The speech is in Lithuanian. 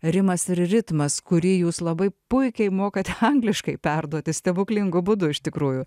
rimas ir ritmas kurį jūs labai puikiai mokate angliškai perduoti stebuklingu būdu iš tikrųjų